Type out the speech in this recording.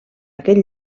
aquest